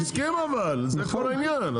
הוא הסכים אבל, זה כל העניין.